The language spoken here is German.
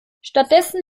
stattdessen